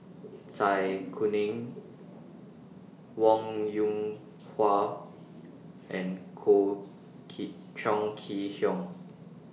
Zai Kuning Wong Yoon Wah and Chong Kee Hiong